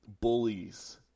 bullies